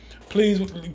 Please